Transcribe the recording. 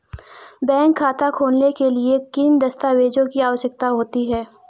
Bank खाता खोलने के लिए किन दस्तावेज़ों की आवश्यकता होती है?